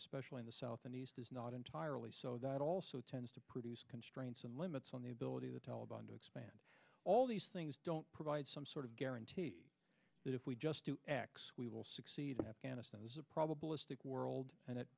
especially in the south and east is not entirely so that also tends to produce constraints and limits on the ability of the taliban to expand all these things don't provide some sort of guarantee that if we just do x we will succeed in afghanistan